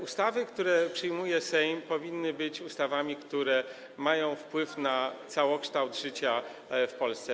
Ustawy, które przyjmuje Sejm, powinny być ustawami, które mają wpływ na całokształt życia w Polsce.